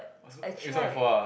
I tried